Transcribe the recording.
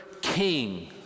king